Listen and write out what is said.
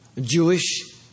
Jewish